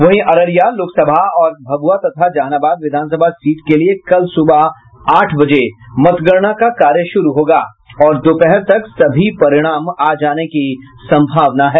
वहीं अररिया लोकसभा और भभुआ तथा जहानाबाद विधानसभा सीट के लिए कल सुबह मतगणना का कार्य शुरू होगा और दोपहर तक सभी परिणाम आ जाने की सम्भावना है